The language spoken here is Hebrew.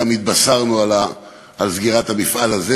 גם התבשרנו על סגירת המפעל הזה,